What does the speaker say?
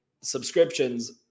Subscriptions